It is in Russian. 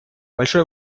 большое